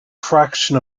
fraction